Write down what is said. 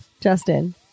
Justin